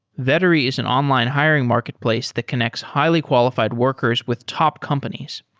vettery is an online hiring marketplace that connects highly qualified workers with top companies.